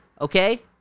okay